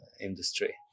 industry